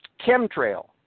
chemtrail